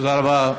תודה רבה.